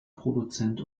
produzent